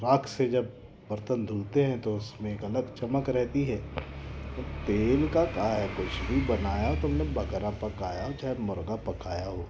राख़ से जब बर्तन धुलते हैं तो उस में एक अलग चमक रहती है तेल का क्या है कुछ भी बनाया तुम ने बकरा पकाया चाहे मुर्ग़ा पकाया हो